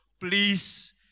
please